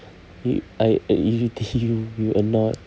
you I I irritate you you annoyed